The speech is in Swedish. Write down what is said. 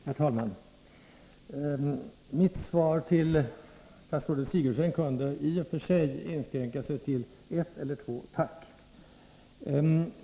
Herr talman! Mitt inlägg med anledning av statsrådet Sigurdsens svar kunde i och för sig inskränka sig till ett, eller två, ”tack”!